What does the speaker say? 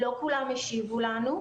לא כולם השיבו לנו,